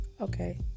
okay